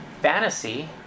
fantasy